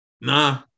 Nah